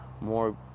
more